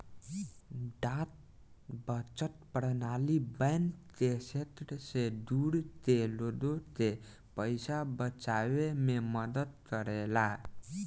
डाक बचत प्रणाली बैंक के क्षेत्र से दूर के लोग के पइसा बचावे में मदद करेला